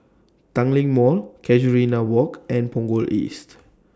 Tanglin Mall Casuarina Walk and Punggol East